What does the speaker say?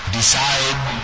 decide